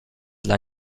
dla